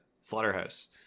slaughterhouse